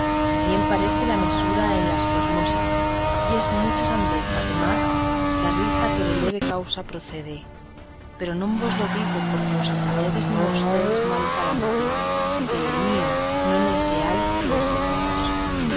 bien parece la mesura en las fermosas y es mucha sandez además la risa que de leve causa procede pero no vos lo digo porque os acuitedes ni mostredes mal talante que el mío non es de ál que de serviros